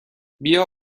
بیا